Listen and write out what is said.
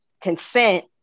consent